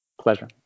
Pleasure